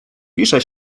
pisze